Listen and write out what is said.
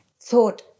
Thought